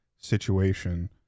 situation